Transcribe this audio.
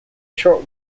short